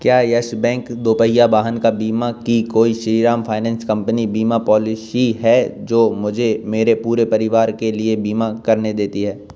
क्या Yes Bank दोपहिया वाहन का बीमा की कोई श्रीराम फाइनेंस कंपनी बीमा पॉलिसी है जो मुझे मेरे पूरे परिवार के लिए बीमा करने देती है